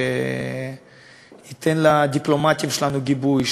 שייתן לדיפלומטים שלנו גיבוי.